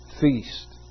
feast